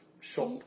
Shop